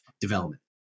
development